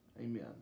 Amen